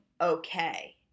okay